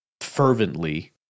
fervently